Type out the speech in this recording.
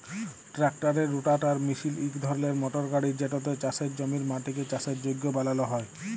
ট্রাক্টারের রোটাটার মিশিল ইক ধরলের মটর গাড়ি যেটতে চাষের জমির মাটিকে চাষের যগ্য বালাল হ্যয়